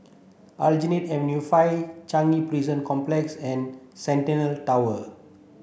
Aljunied Avenue five Changi Prison Complex and Centennial Tower